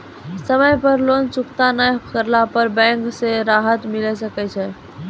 समय पर लोन चुकता नैय करला पर बैंक से राहत मिले सकय छै?